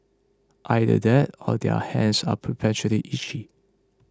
either that or their hands are perpetually itchy